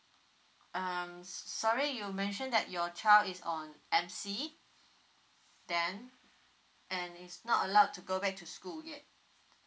um sorry you mentioned that your child is on M_C then and is not allowed to go back to school yet